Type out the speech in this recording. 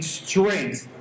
strength